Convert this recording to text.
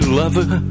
lover